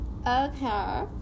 okay